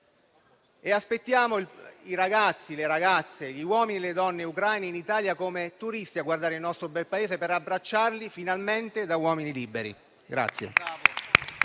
Aspettiamo i ragazzi, le ragazze, gli uomini e le donne ucraine in Italia, come turisti in visita al nostro bel Paese, per abbracciarli finalmente da uomini liberi.